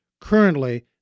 currently